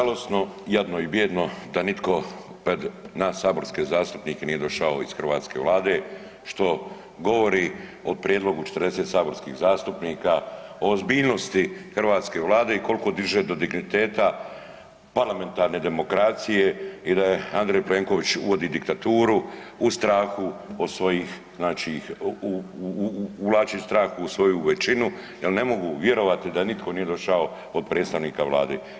Žalosno, jadno i bijedno da nitko pred nas saborske zastupnike nije došao iz hrvatske Vlade što govori o prijedlogu 40 saborskih zastupnika, o ozbiljnosti hrvatske Vlade i koliko drže do digniteta parlamentarne demokracije i da je Andrej Plenković uvodi diktaturu u strahu od svojih znači uvlači strah u svoju većinu jer ne mogu vjerovati da nitko nije došao od predstavnika Vlade.